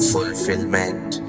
Fulfillment